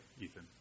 Ethan